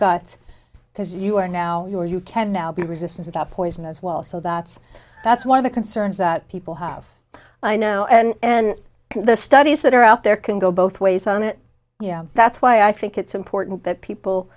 guts because you are now you are you can now be resistant of that poison as well so that's that's one of the concerns that people have i know and the studies that are out there can go both ways on it yeah that's why i think it's important that people